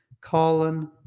Colin